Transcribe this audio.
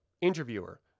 Interviewer